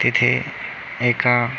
तिथे एका